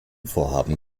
vorhaben